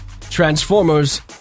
Transformers